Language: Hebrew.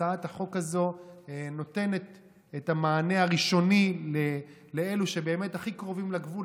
הצעת החוק הזו נותנת את המענה הראשון לאלה שבאמת הכי קרובים לגבול,